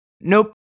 Nope